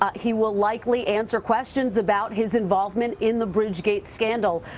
ah he will likely answer questions about his involvement in the bridgegate scandal.